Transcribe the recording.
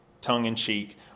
tongue-in-cheek